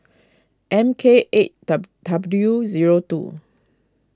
M K eight W zero two